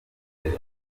mbere